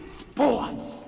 sports